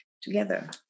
together